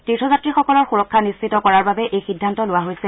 তীৰ্থযাত্ৰীসকলৰ সুৰক্ষা নিশ্চিত কৰাৰ বাবে এই সিদ্ধান্ত লোৱা হৈছে